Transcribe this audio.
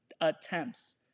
attempts